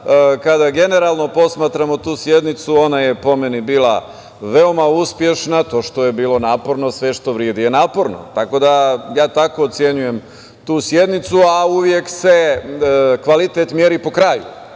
kada generalno posmatramo tu sednicu, ona je po meni bila veoma uspešna. To što je bilo naporno, sve što vredi je naporno. Ja tako ocenjujem tu sednicu. Uvek se kvalitet meri po kraju,